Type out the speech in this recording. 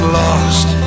lost